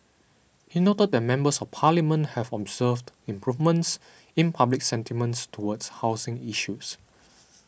he noted that Members of Parliament have observed improvements in public sentiments towards housing issues